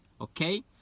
Okay